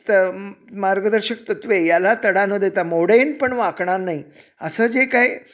त म् मार्गदर्शक तत्त्वे याला तडा न देता मोडेन पण वाकणार नाही असं जे काय